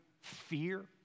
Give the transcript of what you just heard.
fear